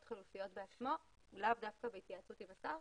חלופיות בעצמו ולאו דווקא בהתייעצות עם השר.